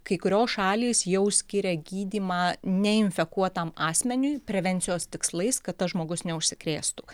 kai kurios šalys jau skiria gydymą neinfekuotam asmeniui prevencijos tikslais kad tas žmogus neužsikrėstų